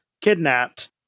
kidnapped